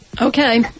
Okay